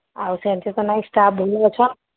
ଆଉ ସେମିତି ତ ନାଇ ଷ୍ଟାଫ୍ ଅଛ